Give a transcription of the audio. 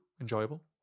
enjoyable